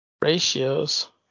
ratios